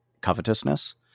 covetousness